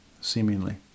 seemingly